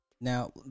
Now